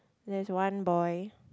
there's one boy